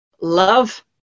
love